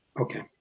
Okay